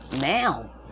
now